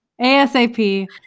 ASAP